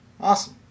Awesome